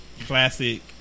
classic